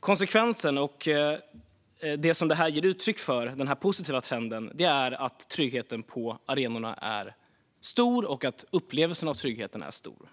Konsekvensen och det som den positiva trenden ger uttryck för är att tryggheten på arenorna är stor och att upplevelsen av trygghet är stor.